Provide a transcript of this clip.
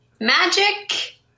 Magic